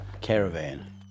caravan